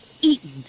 eaten